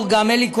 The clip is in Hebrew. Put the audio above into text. אדוני היושב-ראש,